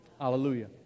Hallelujah